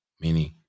Meaning